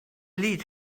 lead